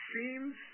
seems